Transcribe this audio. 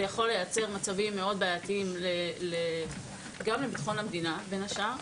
זה יכול לייצר מצבים מאוד בעיתיים גם לביטחון המדינה בין השאר,